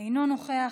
אינו נוכח.